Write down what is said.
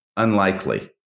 unlikely